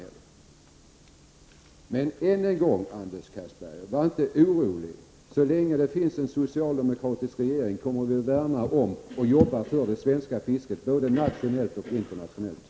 Jag vill än en gång säga till Anders Castberger: Var inte orolig. Så länge det finns en socialdemokratisk regering kommer vi att värna om och arbeta för det svenska fisket, både nationellt och internationellt.